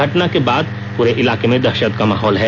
घटना के बाद जहां पूरे इलाके में दहशत का माहौल है